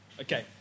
Okay